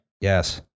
Yes